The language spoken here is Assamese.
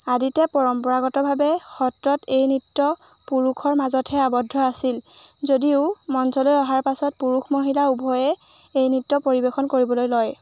আদিতে পৰম্পৰাগতভাৱে সত্ৰত এই নৃত্য পুৰুষৰ মাজতহে আৱদ্ধ আছিল যদিও মঞ্চলৈ অহাৰ পাছত পুৰুষ মহিলা উভয়ে এই নৃত্য পৰিৱেশন কৰিবলৈ লয়